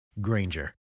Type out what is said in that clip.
Granger